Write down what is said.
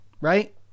right